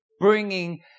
bringing